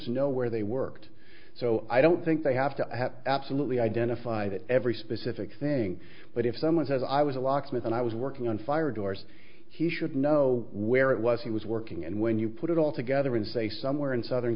know where they worked so i don't think they have to absolutely identify that every specific thing but if someone says i was a locksmith and i was working on fire doors he should know where it was he was working and when you put it all together in say somewhere in southern